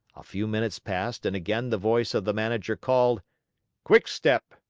a few minutes passed and again the voice of the manager called quickstep!